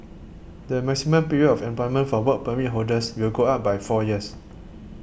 the maximum period of employment for Work Permit holders will go up by four years